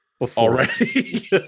already